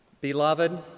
Beloved